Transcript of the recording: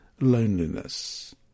loneliness